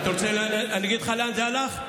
אני אגיד לך לאן זה הלך?